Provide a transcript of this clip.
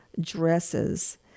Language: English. dresses